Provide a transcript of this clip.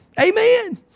amen